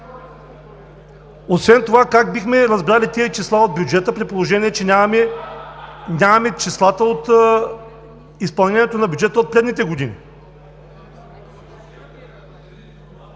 Освен това, как бихме разбрали тези числа от бюджета, при положение че нямаме числата от изпълнението на бюджета от предните години.